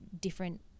different